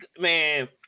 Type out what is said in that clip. man